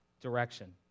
direction